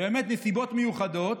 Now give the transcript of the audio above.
באמת נסיבות מיוחדות,